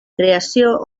creació